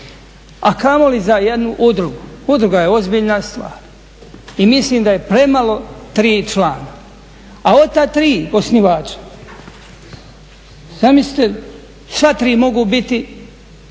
a kamoli za jednu udrugu. Udruga je ozbiljna stvar. I mislim da je premalo tri člana. A od ta tri, osnivača, zamislite sva tri mogu biti